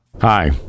Hi